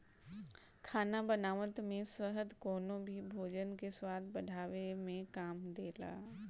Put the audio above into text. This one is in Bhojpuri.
खाना बनावत में शहद कवनो भी भोजन के स्वाद बढ़ावे में काम देला